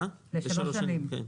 כן.